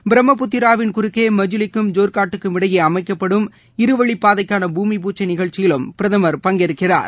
பிரம்மபுத்திராவின் குறுக்கே மஜுலிக்கும் ஜோர்காட்டுக்கும் இடையே அமைக்கப்படும் இருவழிப் பாதைக்கான பூமி பூஜை நிகழ்ச்சியிலும் பிரதமர் பங்கேற்கிறார்